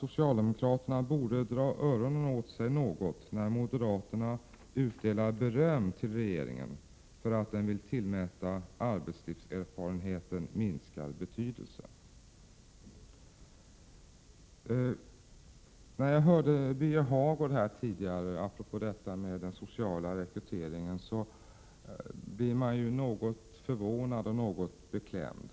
Socialdemokraterna borde något dra öronen åt sig när moderaterna utdelar beröm till regeringen för att den vill tillmäta arbetslivserfarenheten minskad betydelse. När jag hörde Birger Hagård blev jag något förvånad och beklämd.